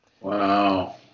Wow